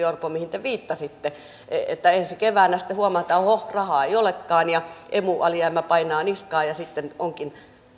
orpo viittasitte että ensi keväänä sitten huomataan että oho rahaa ei olekaan ja emu alijäämä painaa niskaan ja sitten onkin